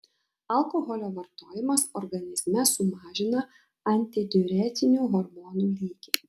alkoholio vartojimas organizme sumažina antidiuretinių hormonų lygį